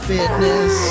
Fitness